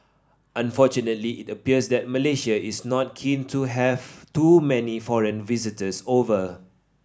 unfortunately it appears that Malaysia is not keen to have too many foreign visitors over